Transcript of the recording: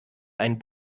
einen